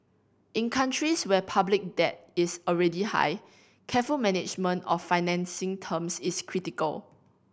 in countries where public debt is already high careful management of financing terms is critical